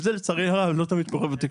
לצערי הרב, זה לא תמיד קורה בתקשורת.